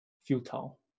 futile